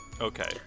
Okay